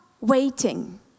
waiting